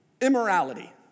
immorality